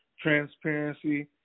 transparency